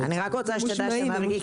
אני לא רוצה להאריך בדבריי.